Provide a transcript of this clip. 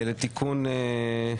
הוועדה לתיקון,